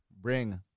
bring